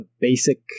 basic